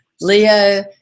Leo